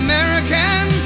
American